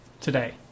today